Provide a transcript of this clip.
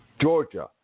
Georgia